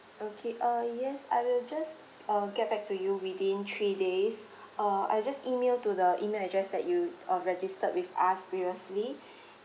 okay uh yes I will just uh get back to you within three days uh I will just email to the email address that you uh registered with us previously